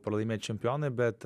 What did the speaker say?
pralaimėt čempionui bet